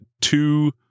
two